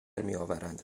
میآورند